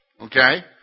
Okay